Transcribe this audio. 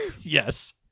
Yes